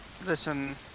Listen